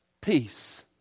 peace